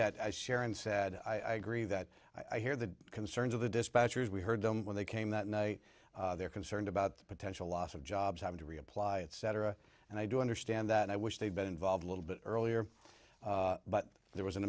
that as sharon said i agree that i hear the concerns of the dispatchers we heard them when they came that night they're concerned about the potential loss of jobs having to reapply etc and i do understand that i wish they'd been involved a little bit earlier but there was an